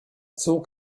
zog